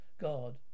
God